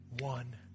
one